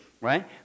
right